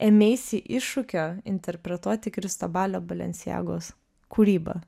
ėmeisi iššūkio interpretuoti kristobalio balenciagos kūrybą